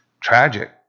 Tragic